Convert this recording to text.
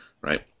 right